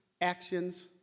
actions